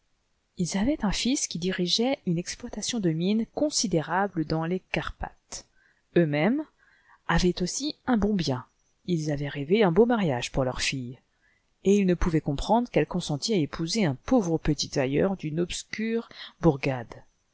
ils avaient un ils qui dirigeait une exploitation de mines considérable dans les carpathes eux-mêmes avaient aussi un bon bien us avaient rêvé un beau mariage pour leur fille et ils ne pouvaient comprendre qu'elle consentît à épouser un pauvre petit tailleur d'une obscure